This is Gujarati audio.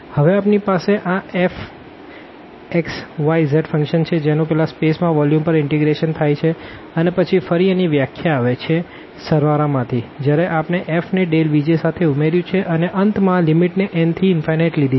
હવે આપણી પાસે આ fxyz ફંક્શન છે જેનું પેલા સ્પેસ માં વોલ્યુમ પર ઇનટીગ્રેશન થાય છે અને પછી ફરી એની વ્યાખ્યા આવે છે સળવાળા માંથી જયારે આપણે f ને Vjસાથે ઉમેર્યું છે અને અંત માં આ લીમીટ ને n થી લીધી છે